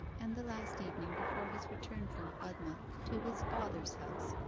and the last evening before his return from budmouth to his father's house,